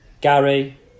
Gary